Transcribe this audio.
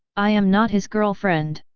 i am not his girlfriend!